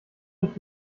nicht